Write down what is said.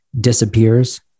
disappears